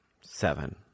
Seven